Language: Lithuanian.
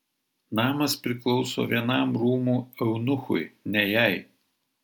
namas priklauso vienam rūmų eunuchui ne jai